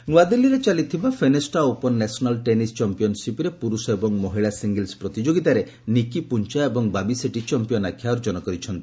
tennis ନୂଆଦିଲ୍ଲୀରେ ଚାଲିଥିବା Fenesta open national tennis ଚମ୍ପିୟନ୍ସିପ୍ରେ ପୁରୁଷ ଏବଂ ମହିଳା ସିଙ୍ଗିଲ୍ସ ପ୍ରତିଯୋଗିତାରେ ନିକି ପ୍ରଞ୍ଚା ଏବଂ ବାବିସେଟ୍ଟି ଚମ୍ପିୟାନ୍ ଆଖ୍ୟା ଅର୍ଜନ କରିଛନ୍ତି